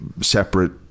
separate